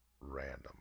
Random